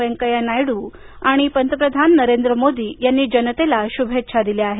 व्यंकय्या नायडू आणि पंतप्रधान नरेंद्र मोदी यांनी जनतेला शुभेच्छा दिल्या आहेत